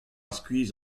skuizh